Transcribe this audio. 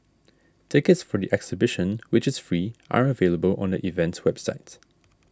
tickets for the exhibition which is free are available on the event's website